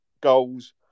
Goals